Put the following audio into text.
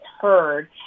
heard